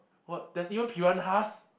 what there's even piranhas